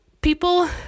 people